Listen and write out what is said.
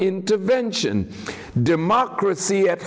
intervention democracy at